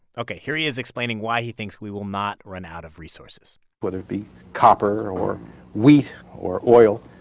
ok. here he is, explaining why he thinks we will not run out of resources whether it be copper or wheat or oil,